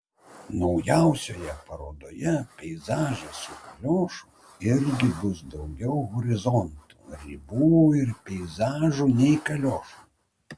naujausioje parodoje peizažas su kaliošu irgi bus daugiau horizontų ribų ir peizažų nei kaliošų